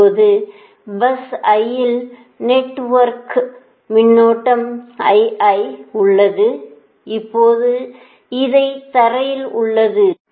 இப்போது bus i இல் net injector மின்னோட்டம் உள்ளது இப்போது இது தரையில் உள்ளது